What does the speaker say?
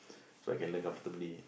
so I can learn comfortably